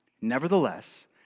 Nevertheless